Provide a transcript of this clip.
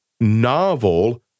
novel